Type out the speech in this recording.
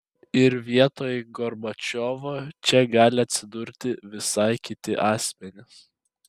ir vietoj gorbačiovo čia gali atsidurti visai kiti asmenys